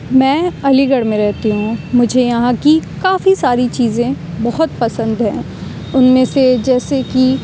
میں علی گڑھ میں رہتی ہوں مجھے یہاں کی کافی ساری چیزیں بہت پسند ہیں ان میں سے جیسے کہ